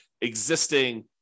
existing